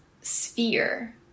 sphere